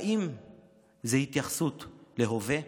האם זו התייחסות להווה?